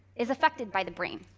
is affected by the brain.